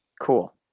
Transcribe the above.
Cool